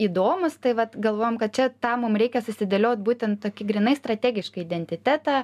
įdomūs tai vat galvojam kad čia tą mum reikia susidėliot būtent tokį grynai strategiškai identitetą